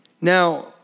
Now